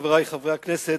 חברי חברי הכנסת,